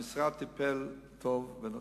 המשרד טיפל טוב ונכון.